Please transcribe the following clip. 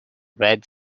red